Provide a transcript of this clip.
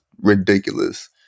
ridiculous